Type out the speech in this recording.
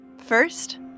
First